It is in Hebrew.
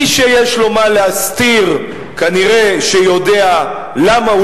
מי שיש לו מה להסתיר כנראה יודע למה הוא